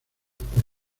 por